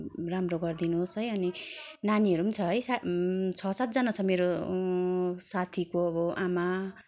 राम्रो गरिदिनुहोस् है अनि नानीहरू पनि छ है सा छ सातजना छ मेरो साथीको आमा